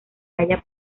halla